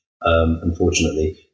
unfortunately